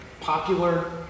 popular